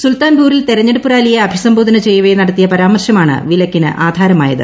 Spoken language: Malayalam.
സുൽത്താൻപൂരിൽ തെരഞ്ഞെടുപ്പ് റാലിയെ അഭിസംബോധന ചെയ്യവെ നടത്തിയ പരാമർശമാണ് വിലക്കിന് ആധാരമായത്